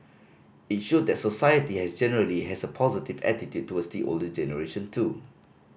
it showed that society has generally has a positive attitude towards the older generation too